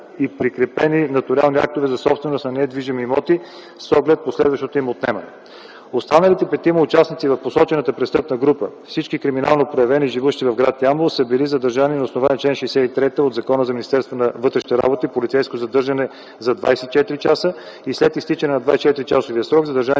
и прикрепени нотариални актове за собственост на недвижими имоти с оглед последващото им отнемане. Останалите петима участници в посочената престъпна група – всички криминално проявени и живущи в гр. Ямбол са били задържани на основание чл. 63 от Закона за Министерство на вътрешните работи – полицейско задържане за 24 часа и след изтичане на 24-часовия срок задържаните